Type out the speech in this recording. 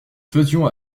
faisions